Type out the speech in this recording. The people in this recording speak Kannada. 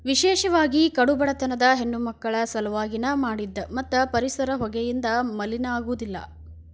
ವಿಶೇಷವಾಗಿ ಕಡು ಬಡತನದ ಹೆಣ್ಣಮಕ್ಕಳ ಸಲವಾಗಿ ನ ಮಾಡಿದ್ದ ಮತ್ತ ಪರಿಸರ ಹೊಗೆಯಿಂದ ಮಲಿನ ಆಗುದಿಲ್ಲ